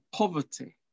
poverty